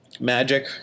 magic